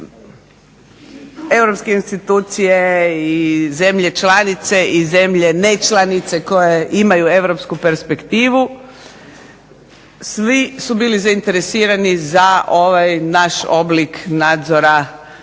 europske institucije i zemlje članice i zemlje ne članice koje imaju europsku perspektivu svi su bili zainteresirani za ovaj naš oblik nadzora Parlamenta